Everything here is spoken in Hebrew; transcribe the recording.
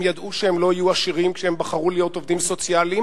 הם ידעו שהם לא יהיו עשירים כשהם בחרו להיות עובדים סוציאליים,